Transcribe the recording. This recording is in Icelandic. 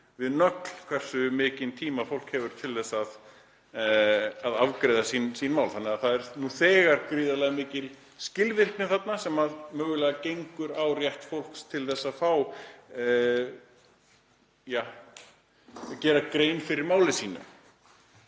við nögl hversu mikinn tíma fólk hefur til að afgreiða sín mál þannig að það er nú þegar gríðarlega mikil skilvirkni þarna sem mögulega gengur á rétt fólks til að fá að gera grein fyrir máli sínu.